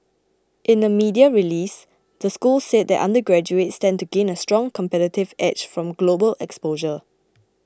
in a media release the school said that undergraduates stand to gain a strong competitive edge from global exposure